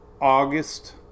August